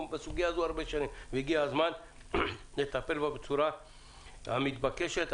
והגיע הזמן לטפל בה בצורה המתבקשת.